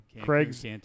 Craig's